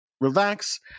relax